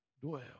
dwell